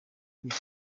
kwica